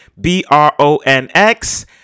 B-R-O-N-X